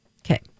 Okay